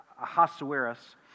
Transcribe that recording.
Ahasuerus